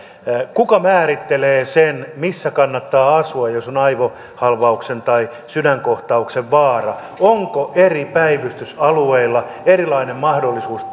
kuka määrittelee sen missä kannattaa asua jos on aivohalvauksen tai sydänkohtauksen vaara onko eri päivystysalueilla erilainen mahdollisuus